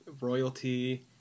royalty